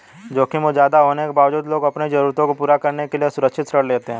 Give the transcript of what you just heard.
जोखिम ज्यादा होने के बावजूद लोग अपनी जरूरतों को पूरा करने के लिए असुरक्षित ऋण लेते हैं